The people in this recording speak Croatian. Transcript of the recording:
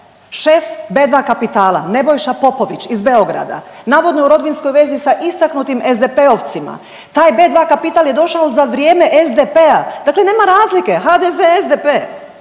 Šef B2 Kapitala Nebojša Popović iz Beograda navodno je u rodbinskoj vezi sa istaknutim SDP-ovcima. Taj B2 Kapital je došao za vrijeme SDP-a. Dakle, nema razlike HDZ, SDP.